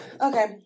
Okay